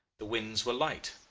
the winds were light.